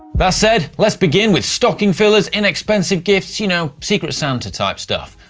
that said, let's begin with stocking fillers, inexpensive gifts, you know secret santa type stuff,